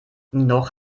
noch